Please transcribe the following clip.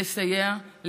לסייע,